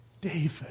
David